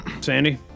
sandy